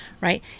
right